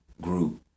group